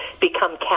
become